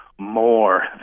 more